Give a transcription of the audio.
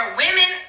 women